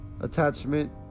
Attachment